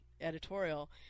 editorial